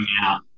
out